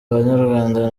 banyarwanda